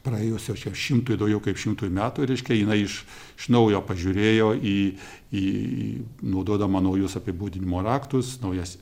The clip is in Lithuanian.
praėjus jau čia šimtui daugiau kaip šimtui metų reiškia jinai iš iš naujo pažiūrėjo į jį naudodama naujus apibūdinimo raktus naujas